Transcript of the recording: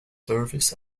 service